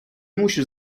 musisz